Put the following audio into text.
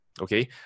okay